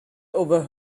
over